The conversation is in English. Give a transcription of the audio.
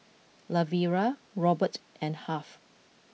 Lavera Robert and Harve